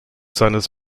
seines